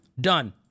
Done